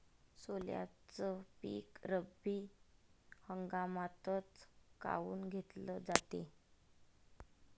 सोल्याचं पीक रब्बी हंगामातच काऊन घेतलं जाते?